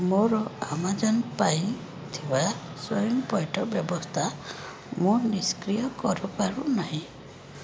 ମୋର ଆମାଜନ୍ ପାଇଁ ଥିବା ସ୍ଵୟଂପଇଠ ବ୍ୟବସ୍ଥା ମୁଁ ନିଷ୍କ୍ରିୟ କରିପାରୁନାହିଁ